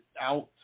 out